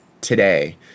today